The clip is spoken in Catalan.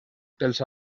pels